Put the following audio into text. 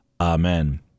Amen